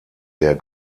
der